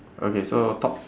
okay so top